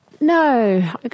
No